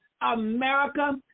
America